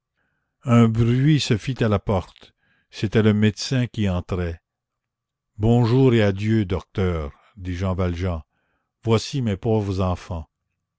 un bruit se fit à la porte c'était le médecin qui entrait bonjour et adieu docteur dit jean valjean voici mes pauvres enfants